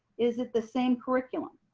is it the same curriculum?